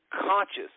conscious